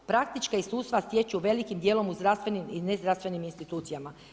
Praktička iskustva stječu velikim dijelom u zdravstvenim i nezdravstvenim institucijama.